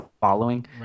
following